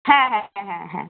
হ্যাঁ হ্যাঁ হ্যাঁ হ্যাঁ হ্যাঁ